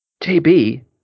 JB